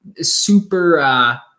super –